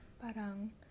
parang